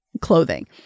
clothing